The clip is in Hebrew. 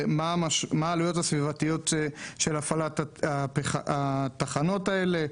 של העלויות הסביבתיות של הפעלת התחנות האלה.